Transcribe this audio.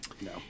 no